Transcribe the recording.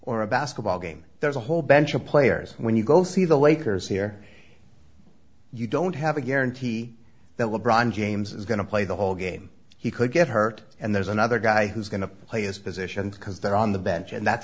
or a basketball game there's a whole bunch of players when you go see the lakers here you don't have a guarantee that will bron james is going to play the whole game he could get hurt and there's another guy who's going to play as positions because they're on the bench and that's